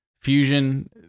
Fusion